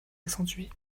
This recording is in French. accentuée